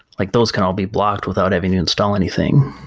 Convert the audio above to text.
like those can all be blocked without having to install anything.